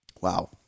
Wow